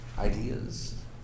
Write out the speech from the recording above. ideas